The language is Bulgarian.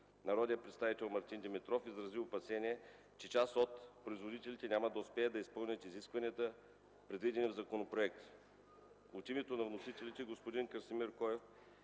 Народният представител Мартин Димитров изрази опасение, че част от производителите няма да успеят да изпълнят изискванията, предвидени в законопроекта. От името на вносителите, господин Красимир Коев